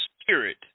spirit